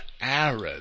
Arab